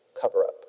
cover-up